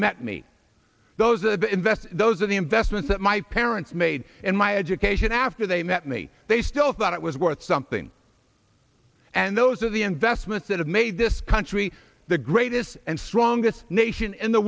met me those the invest those of the investments that my parents made in my education after they met me they still thought it was worth something and those are the investments that have made this country the greatest and strongest nation in the